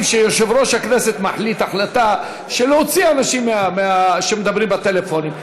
שיושב-ראש הכנסת מחליט החלטה להוציא אנשים שמדברים בטלפונים.